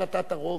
החלטת הרוב.